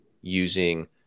using